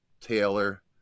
Taylor